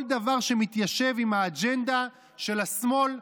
כל דבר שמתיישב עם האג'נדה של השמאל,